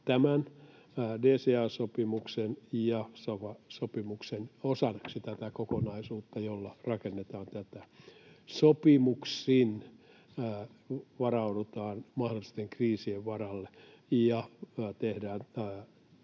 tämän DCA-sopimuksen ja sofa-sopimuksen osaksi tätä kokonaisuutta, jolla rakennetaan tätä, että sopimuksin varaudutaan mahdollisten kriisien varalle ja tehdään